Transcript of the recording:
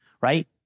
right